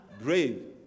Brave